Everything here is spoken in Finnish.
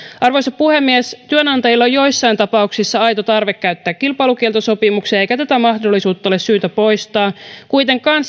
arvoisa puhemies työnantajilla on joissain tapauksissa aito tarve käyttää kilpailukieltosopimuksia eikä tätä mahdollisuutta ole syytä poistaa kuitenkaan